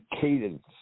cadence